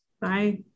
Bye